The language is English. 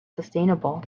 sustainable